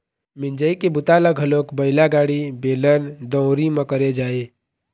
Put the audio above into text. मिंजई के बूता ल घलोक बइला गाड़ी, बेलन, दउंरी म करे जाए